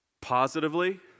Positively